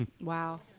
Wow